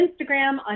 instagram